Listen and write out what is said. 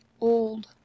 old